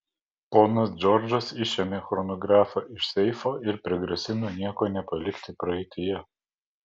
ponas džordžas išėmė chronografą iš seifo ir prigrasino nieko nepalikti praeityje